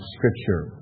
Scripture